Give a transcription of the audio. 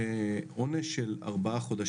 אבל תודה לך על העלאה של הנושא החשוב